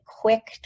quick